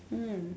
mm